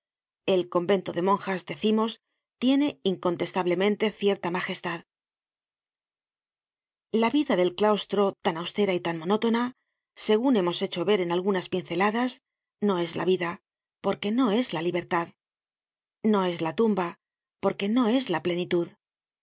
el convento de monjas decimos tiene incontestablemente cierta magestad la vida del claustro tan austera y tan monótona segun hemos hecho ver en algunas pinceladas no es la vida porque no es la libertad no es la tumba porque no es la plenitud